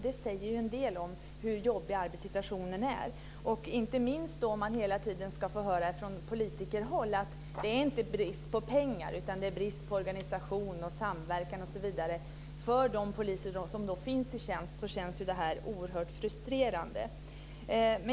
Det säger en del om hur jobbig arbetssituationen är - inte minst om man hela tiden ska få höra från politikerhåll att det inte handlar om brist på pengar utan brist på organisation, samverkan osv. För de poliser som finns i tjänst känns ju det oerhört frustrerande.